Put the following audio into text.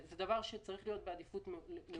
זה דבר שצריך להיות בעדיפות לאומית.